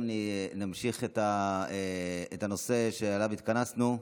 נמשיך את הנושא שאליו התכנסנו,